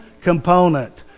component